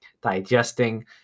digesting